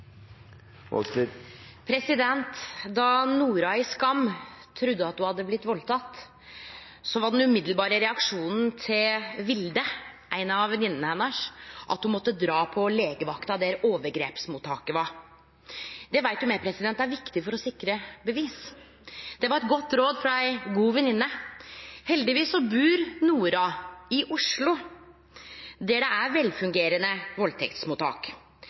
Nora i «Skam» trudde at ho hadde blitt valdteken, var den umiddelbare reaksjonen til Vilde, ei av venninnene hennar, at ho måtte dra på legevakta der overgrepsmottaket var. Det veit me er viktig for å sikre bevis. Det var eit godt råd frå ei god venninne. Heldigvis bur Nora i Oslo der det er velfungerande valdtektsmottak.